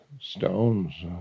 stones